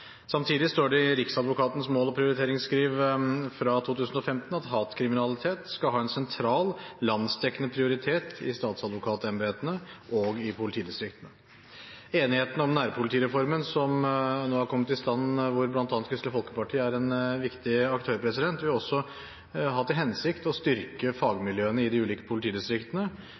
Samtidig står det i Riksadvokatens mål- og prioriteringsskriv fra 2015 at hatkriminalitet skal ha en sentral, landsdekkende prioritet i statsadvokatembetene og i politidistriktene. Nærpolitireformen – som det nå er kommet i stand enighet om, hvor bl.a. Kristelig Folkeparti er en viktig aktør – vil også ha til hensikt å styrke